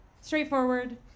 Straightforward